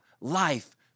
life